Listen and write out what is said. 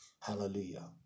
Hallelujah